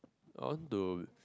I want to